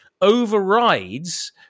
overrides